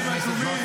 אז תצאי.